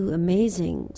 amazing